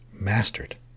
mastered